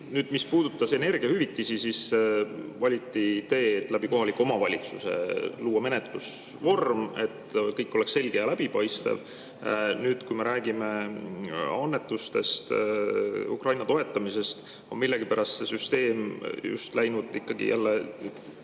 Mis puudutas energiahüvitisi, siis valiti tee läbi kohaliku omavalitsuse, luua menetlusvorm, et kõik oleks selge ja läbipaistev. Nüüd, kui me räägime annetustest, Ukraina toetamisest, siis me näeme, et millegipärast on see süsteem läinud ikkagi jälle